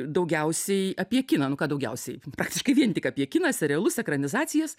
daugiausiai apie kiną nu ką daugiausiai praktiškai vien tik apie kiną serialus ekranizacijas